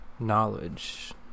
knowledge